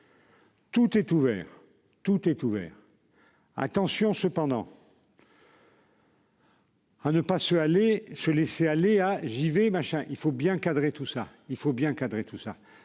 Tout est ouvert, tout est ouvert. Attention cependant. À ne pas se aller se laisser aller à Givet machin il faut bien cadré tout ça il faut bien cadré tout ça